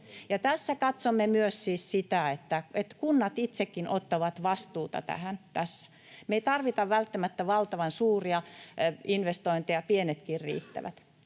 Tässä katsomme myös siis sitä, että kunnat itsekin ottavat vastuuta tässä. Me emme tarvitse välttämättä valtavan suuria investointeja, pienetkin riittävät.